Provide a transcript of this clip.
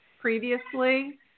previously